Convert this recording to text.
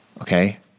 Okay